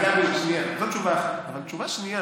זו לא תלונה,